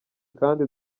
kandi